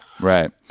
Right